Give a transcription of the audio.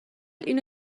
اینو